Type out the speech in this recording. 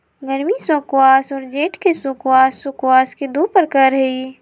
गर्मी स्क्वाश और जेड के स्क्वाश स्क्वाश के दु प्रकार हई